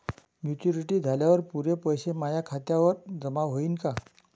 Maturity झाल्यावर पुरे पैसे माया खात्यावर जमा होईन का?